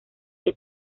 que